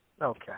Okay